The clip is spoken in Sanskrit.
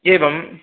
एवम्